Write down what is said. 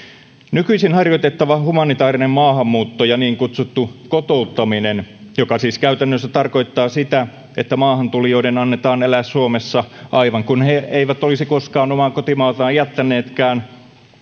nykyisin harjoitettava humanitaarinen maahanmuutto ja niin kutsuttu kotouttaminen joka siis käytännössä tarkoittaa sitä että maahantulijoiden annetaan elää suomessa aivan kuin he eivät olisi koskaan omaa kotimaataan jättäneetkään